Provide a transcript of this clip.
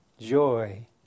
joy